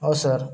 हो सर